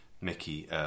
Mickey